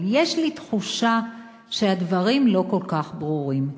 אבל יש לי תחושה שהדברים לא כל כך ברורים.